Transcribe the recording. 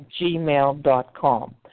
gmail.com